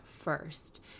first